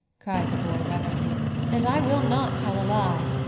cried the boy, reverently and i will not tell a lie.